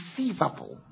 deceivable